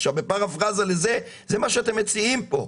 בפרפרזה לזה זה מה שאתם מציעים פה,